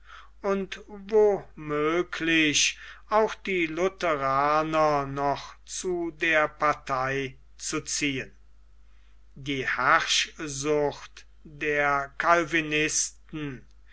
und wo möglich auch die lutheraner noch zu der partei zu ziehen die herrschsucht der calvinisten